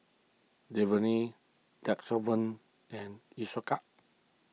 Dermaveen Redoxon and Isocal